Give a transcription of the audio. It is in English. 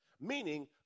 Meaning